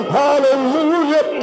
hallelujah